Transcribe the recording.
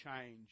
change